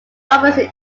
robinson